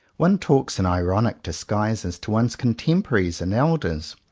one talks in ironic disguises to one's contemporaries and elders.